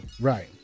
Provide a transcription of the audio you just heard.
Right